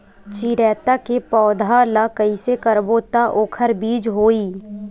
चिरैता के पौधा ल कइसे करबो त ओखर बीज होई?